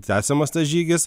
tęsiamas tas žygis